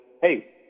hey